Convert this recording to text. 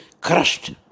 crushed